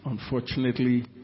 unfortunately